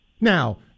Now